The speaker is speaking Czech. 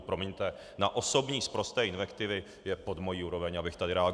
Promiňte, na osobní sprosté invektivy je pod mojí úroveň, abych tady reagoval.